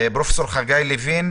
פרופ' חגי לוין,